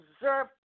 observe